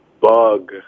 bug